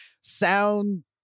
sound